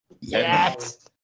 Yes